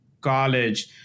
college